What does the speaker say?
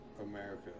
America